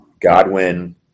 Godwin